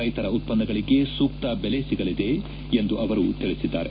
ರೈತರ ಉತ್ವನ್ನಗಳಿಗೆ ಸೂಕ್ತ ಬೆಲೆ ಸಿಗಲಿದೆ ಎಂದು ಅವರು ತಿಳಿಸಿದ್ದಾರೆ